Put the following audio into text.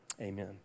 amen